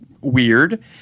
weird